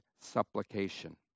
supplication